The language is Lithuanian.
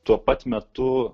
tuo pat metu